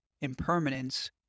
impermanence